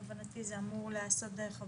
הבנתי זה אמור להיעשות דרך הוועדה,